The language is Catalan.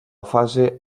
fase